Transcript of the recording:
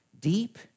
deep